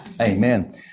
Amen